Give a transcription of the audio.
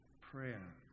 prayer